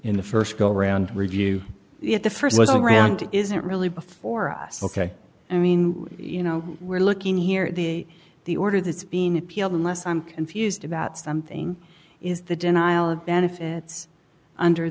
in the st go round review it the st was around isn't really before us ok i mean you know we're looking here the the order that's being appealed unless i'm confused about something is the denial of benefits under